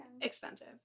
expensive